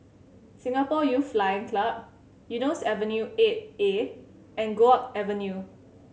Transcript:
Singapore Youth Flying Club Eunos Avenue Eight A and Guok Avenue